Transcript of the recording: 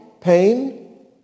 pain